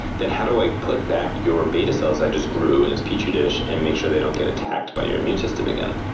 then how do i put back your beta cells i just grew in this petri dish and make sure they don't get attacked by your immune system again?